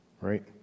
right